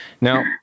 Now